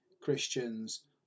Christians